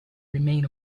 remain